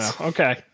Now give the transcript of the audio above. okay